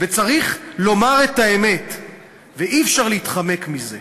וצריך לומר את האמת ואי-אפשר להתחמק מזה.